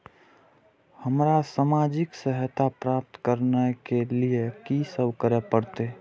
हमरा सामाजिक सहायता प्राप्त करय के लिए की सब करे परतै?